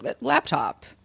laptop